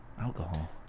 Alcohol